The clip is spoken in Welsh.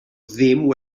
ddim